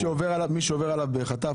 מי שעובר עליו בחטף,